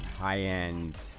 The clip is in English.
High-end